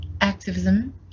activism